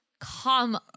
come